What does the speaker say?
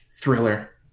Thriller